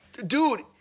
Dude